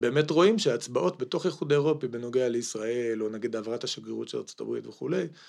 באמת רואים שההצבעות בתוך האיחוד האירופי בנוגע לישראל, או נגיד העברת השגרירות של ארה״ב וכולי